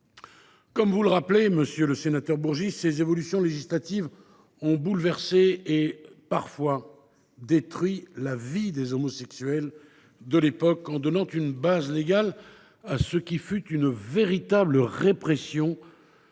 Comme vous le rappelez, monsieur le sénateur Bourgi, ces évolutions législatives ont bouleversé et parfois détruit la vie des homosexuels de l’époque, en donnant une base légale à ce qui fut une véritable répression,